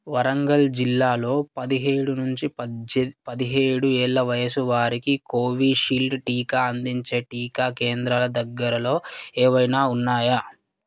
వరంగల్ జిల్లాలో పదిహేడు నుంచి పజ్జే పదిహేడు ఏళ్ళ వయసు వారికి కోవిషీల్డ్ టీకా అందించే టీకా కేంద్రాల దగ్గరలో ఏవైనా ఉన్నాయా